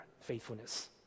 faithfulness